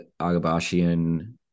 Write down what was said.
Agabashian